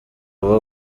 uwo